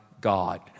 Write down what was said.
God